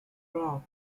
wrong